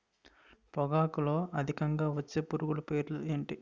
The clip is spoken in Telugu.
పొగాకులో అధికంగా వచ్చే పురుగుల పేర్లు ఏంటి